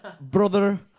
brother